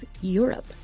Europe